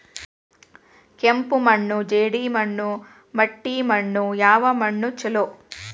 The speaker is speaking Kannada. ಕೆಂಪು ಮಣ್ಣು, ಜೇಡಿ ಮಣ್ಣು, ಮಟ್ಟಿ ಮಣ್ಣ ಯಾವ ಮಣ್ಣ ಛಲೋ?